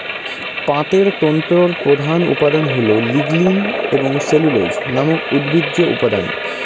পাটের তন্তুর প্রধান উপাদান হল লিগনিন এবং সেলুলোজ নামক উদ্ভিজ্জ উপাদান